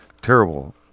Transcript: terrible